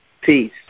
Peace